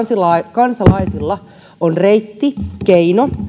kansalaisilla on reitti keino